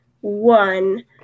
one